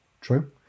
True